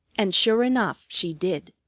and sure enough, she did.